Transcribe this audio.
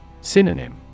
Synonym